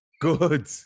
Good